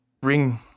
bring